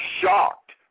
shocked